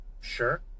Sure